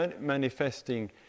manifesting